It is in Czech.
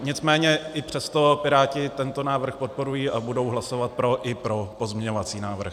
Nicméně i přesto Piráti tento návrh podporují a budou hlasovat pro, i pro pozměňovací návrh.